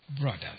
brothers